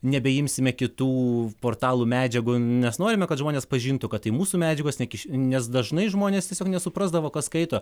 nebeimsime kitų portalų medžiagų nes norime kad žmonės pažintų kad tai mūsų medžiagos nekiš nes dažnai žmonės tiesiog nesuprasdavo kas skaito